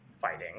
fighting